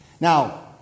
Now